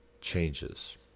changes